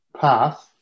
path